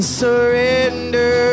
surrender